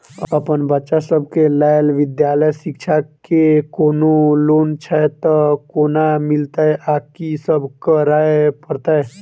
अप्पन बच्चा सब केँ लैल विधालय शिक्षा केँ कोनों लोन छैय तऽ कोना मिलतय आ की सब करै पड़तय